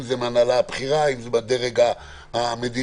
אם זה מההנהלה הבכירה או מהדרג המדיני,